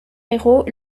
héros